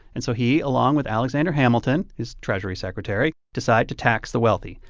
and so he, along with alexander hamilton, his treasury secretary, decide to tax the wealthy.